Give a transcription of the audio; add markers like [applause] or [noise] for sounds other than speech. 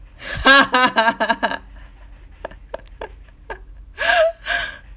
[laughs]